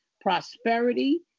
prosperity